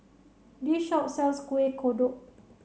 this shop sells Kueh Kodok